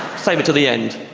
simon to the end,